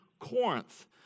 Corinth